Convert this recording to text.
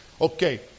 Okay